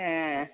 ஆ